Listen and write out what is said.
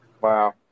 Wow